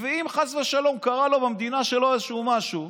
ואם חס ושלום קרה לו במדינה שלו איזשהו משהו,